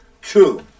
True